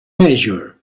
mayor